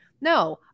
no